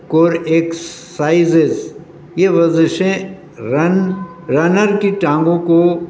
کور exercises یہ ورزشیں run runner کی ٹانگوں کو